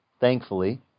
thankfully